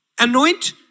Anoint